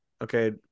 okay